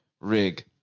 rig